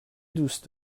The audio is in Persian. دوست